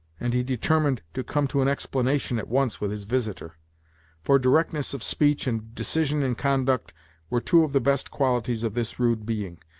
and he determined to come to an explanation at once with his visitor for directness of speech and decision in conduct were two of the best qualities of this rude being,